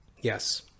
Yes